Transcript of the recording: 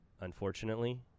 unfortunately